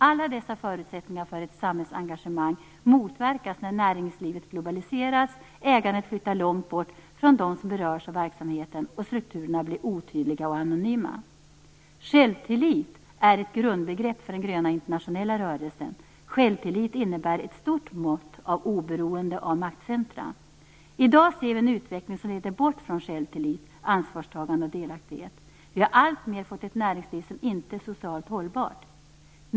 Alla dessa förutsättningar för ett samhällsengagemang motverkas när näringslivet globaliseras, ägandet flyttar långt bort från dem som berörs av verksamheten och strukturerna blir otydliga och anonyma. Självtillit är ett grundbegrepp för den gröna internationella rörelsen. Självtillit innebär ett stort mått av oberoende från maktcentrum. I dag ser vi en utveckling som leder bort från självtillit, ansvarstagande och delaktighet. Vi har alltmer fått ett näringsliv som inte är socialt hållbart.